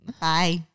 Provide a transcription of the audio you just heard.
bye